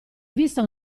vista